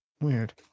Weird